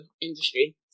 industry